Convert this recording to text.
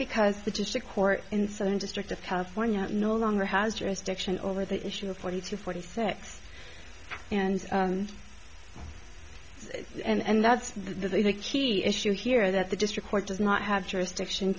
because the district court in southern district of california no longer has jurisdiction over the issue of forty two forty six and and that's the key issue here that the district court does not have jurisdiction